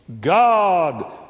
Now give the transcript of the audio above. God